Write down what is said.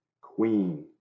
Queen